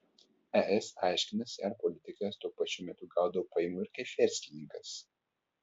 es aiškinasi ar politikas tuo pačiu metu gaudavo pajamų ir kaip verslininkas